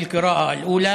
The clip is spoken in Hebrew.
בקריאה ראשונה.